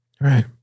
Right